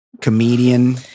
comedian